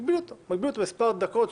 למספר דקות.